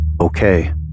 Okay